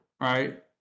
right